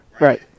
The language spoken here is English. right